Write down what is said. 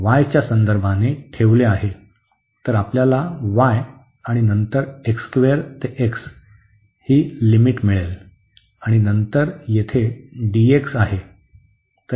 तर आपल्याला y आणि नंतर ते x ही लिमिट मिळेल आणि नंतर येथे dx आहे